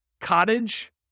Cottage